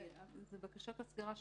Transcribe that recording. זאת בקשת הסגרה שלנו.